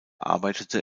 arbeitete